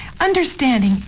Understanding